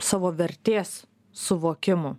savo vertės suvokimu